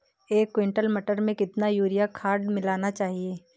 एक कुंटल मटर में कितना यूरिया खाद मिलाना चाहिए?